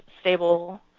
stable